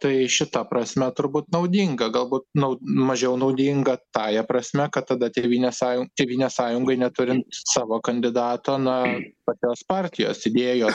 tai šita prasme turbūt naudinga galbūt nau mažiau naudinga tąja prasme kad tada tėvynės sąjunga tėvynės sąjungai neturint savo kandidato na pačios partijos idėjos